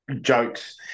jokes